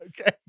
Okay